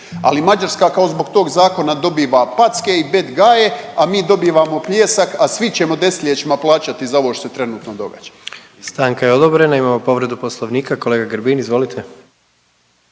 Ali Mađarska kao, zbog tog zakona dobiva packe i bad guye, a mi dobivamo pljesak, a svi ćemo desetljećima plaćati za ovo što se trenutno događa. **Jandroković, Gordan (HDZ)** Stanka je odobrena. Imamo povredu Poslovnika, kolega Grbin, izvolite.